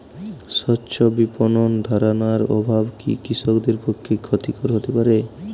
স্বচ্ছ বিপণন ধারণার অভাব কি কৃষকদের পক্ষে ক্ষতিকর হতে পারে?